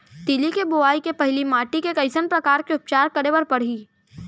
तिलि के बोआई के पहिली माटी के कइसन प्रकार के उपचार करे बर परही?